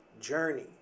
journey